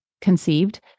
conceived